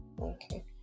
Okay